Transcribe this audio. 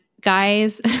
guys